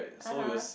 (uh huh)